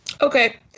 Okay